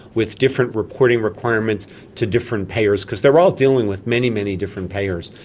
with different reporting requirements to different payers, because they're all dealing with many, many different payers.